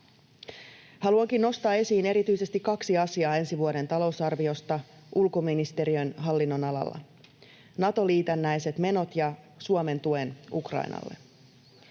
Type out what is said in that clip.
Haluankin nostaa esiin erityisesti kaksi asiaa ensi vuoden talousarviosta ulkoministe-riön hallinnonalalla: Nato-liitännäiset menot ja Suomen tuen Ukrainalle.